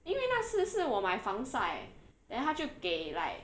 因为那是是我买防晒 then 它就给 like